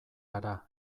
gara